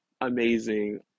amazing